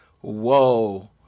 Whoa